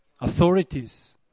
Authorities